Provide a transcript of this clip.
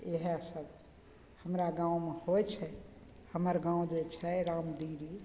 इएह सब हमरा गाँवमे होइ छै हमर गाँव जे छै रामदीरी